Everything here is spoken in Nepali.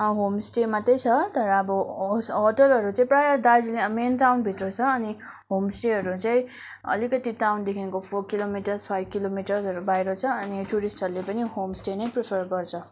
होमस्टे मात्रै छ तर अब होस होटेलहरू चाहिँ प्रायः दार्जिलिङ मेन टाउनभित्र छ अनि होमस्टेहरू चाहिँ अलिकति टाउनदेखिको फोर किलोमिटर्स फाइभ किलोमिटर्सहरू बाहिर छ अनि टुरिस्टहरूले पनि होमस्टे नै प्रिफर गर्छ